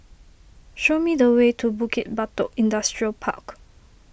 show me the way to Bukit Batok Industrial Park